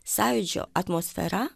sąjūdžio atmosfera